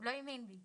הוא לא האמין בי.